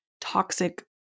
toxic